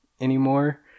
anymore